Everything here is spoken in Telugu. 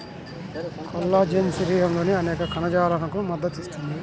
కొల్లాజెన్ శరీరంలోని అనేక కణజాలాలకు మద్దతు ఇస్తుంది